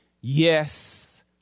Yes